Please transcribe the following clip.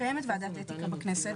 קיימת ועדת אתיקה בכנסת,